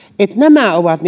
nämä ovat